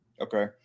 Okay